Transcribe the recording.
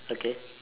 okay